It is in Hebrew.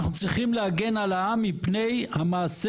אנחנו צריכים להגן על העם מפני המעשה